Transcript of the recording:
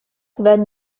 werden